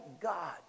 God